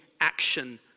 action